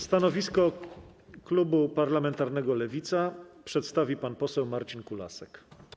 Stanowisko klubu parlamentarnego Lewica przedstawi pan poseł Marcin Kulasek.